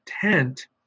tent